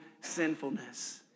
sinfulness